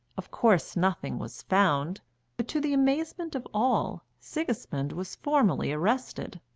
of course nothing was found but, to the amazement of all, sigismund was formally arrested.